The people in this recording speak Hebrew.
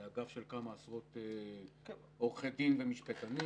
זה אגף של כמה עשרות עורכי דין ומשפטנים,